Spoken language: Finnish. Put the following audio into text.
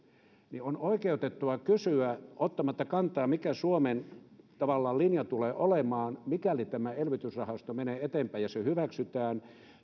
niin on oikeutettua kysyä ottamatta kantaa siihen mikä suomen tavallaan linja tulee olemaan mikäli tämä elvytysrahasto menee eteenpäin ja se hyväksytään